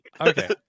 okay